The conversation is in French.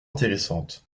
intéressantes